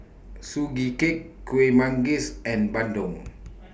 Sugee Cake Kuih Manggis and Bandung